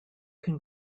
can